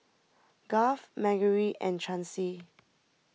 Garth Margery and Chancey